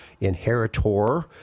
inheritor